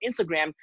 Instagram